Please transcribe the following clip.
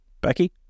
Becky